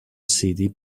city